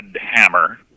Hammer